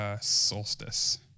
Solstice